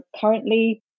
currently